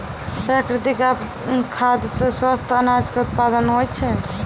प्राकृतिक खाद सॅ स्वस्थ अनाज के उत्पादन होय छै